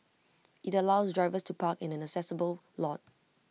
IT allows drivers to park in an accessible lot